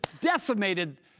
decimated